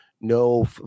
no